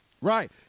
Right